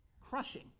crushing